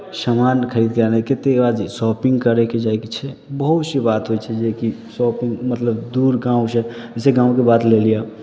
सामान खरीद कऽ आयल कतेक कहलक कि शॉपिंग करयके जायके छै बहुत सी बात होइ छै जे कि शॉपिंग मतलब दूर गाँवसँ जइसे गाँवके बात लए लिअ